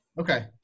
Okay